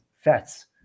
fats